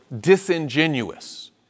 disingenuous